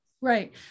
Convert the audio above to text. Right